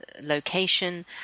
location